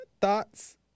thoughts